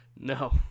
No